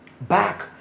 back